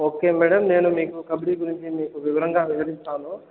okay madam నేను మీకు కబడ్డీ గురించి మీకు వివరంగా వివరిస్తాను